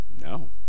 No